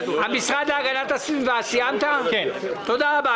תודה רבה.